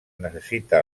necessita